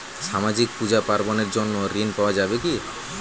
সামাজিক পূজা পার্বণ এর জন্য ঋণ পাওয়া যাবে কি?